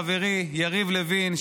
חברי יריב לוין,